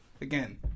again